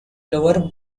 lower